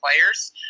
players